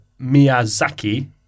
Miyazaki